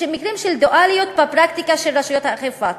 ואלה מקרים של דואליות בפרקטיקה של רשויות האכיפה.